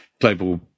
global